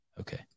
Okay